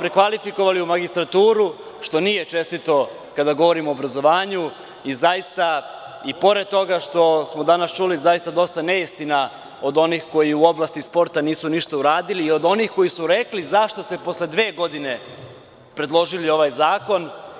prekvalifikovali u magistraturu što nije čestito kada govorimo o obrazovanju i zaista i pored toga što smo danas čuli dosta neistina od onih koji u oblasti sporta nisu ništa uradili i od onih koji su rekli zašto ste posle dve godine predložili ovaj zakon.